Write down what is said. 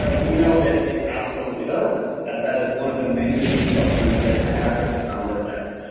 ah we know that it absolutely does. that that is one of the many supplements that has a profound affect.